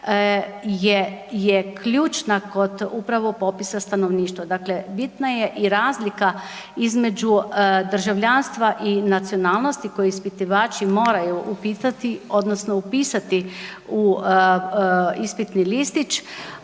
je ključna kod upravo popisa stanovništva. Dakle, bitna je i razlika između državljanstva i nacionalnosti koji ispitivači moraju upitati odnosno upisati